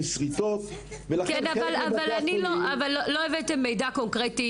אבל לא הבאתם מידע קונקרטי,